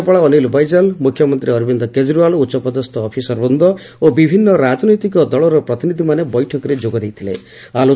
ଦିଲ୍ଲୀ ଉପରାଜ୍ୟପାଳ ଅନୀଲ ବୈଜଲ ମୁଖ୍ୟମନ୍ତ୍ରୀ ଅରବିନ୍ଦ କେଜରିଓ୍ବାଲ ଉଚ୍ଚପଦସ୍ଥ ଅଫିସରବୂନ୍ଦ ଓ ବିଭିନ୍ନ ରାଜନୈତିକ ଦଳର ପ୍ରତିନିଧିମାନେ ବୈଠକରେ ଯୋଗ ଦେଇଥିଲେ